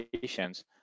patients